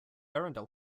arundel